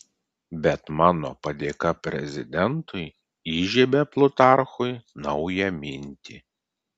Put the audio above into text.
bet mano padėka prezidentui įžiebia plutarchui naują mintį